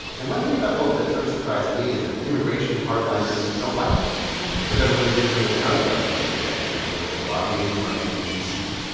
and one thing about wolf that sort of surprised me is that immigration hard-liners don't like him because of what he did when he was out of government for a decade. he worked at a lobbying firm in d c,